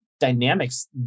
Dynamics